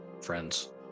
friends